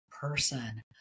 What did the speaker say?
person